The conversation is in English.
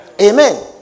Amen